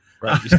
Right